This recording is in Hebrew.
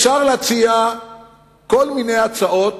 אפשר להציע כל מיני הצעות